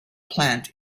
plant